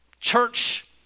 Church